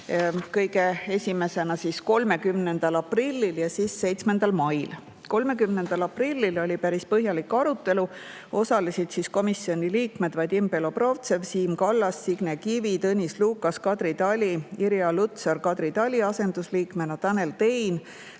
kõigepealt 30. aprillil ja siis 7. mail. 30. aprillil oli päris põhjalik arutelu. Osalesid komisjoni liikmed Vadim Belobrovtsev, Siim Kallas, Signe Kivi, Tõnis Lukas, Kadri Tali ja Irja Lutsar Kadri Tali asendusliikmena, Tanel Tein